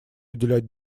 уделять